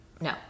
no